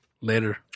Later